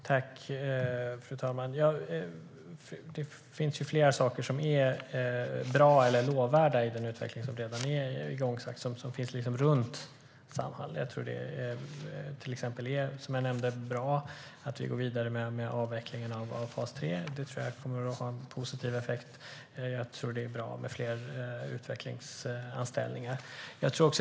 Fru talman! Det finns flera saker som är bra och lovvärda i den utveckling som redan är igångsatt runt Samhall. Som jag nämnde är det bra att vi går vidare med avvecklingen av fas 3; det kommer att ha en positiv effekt. Det är också bra med fler utvecklingsanställningar.